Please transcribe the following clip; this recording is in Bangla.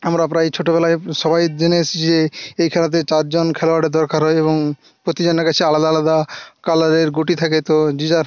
আমরা প্রায় ছোটোবেলায় সবাই জেনে এসছি যে এই খেলাতে চারজন খেলোয়াড়ের দরকার হয় এবং প্রতিজনের কাছে আলাদা আলাদা কালারের গুটি থাকে তো যে যার